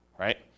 right